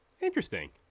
Interesting